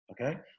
Okay